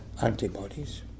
antibodies